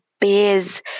bears